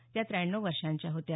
त्या त्याण्णव वर्षांच्या होत्या